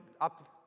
up